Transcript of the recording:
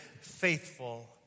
faithful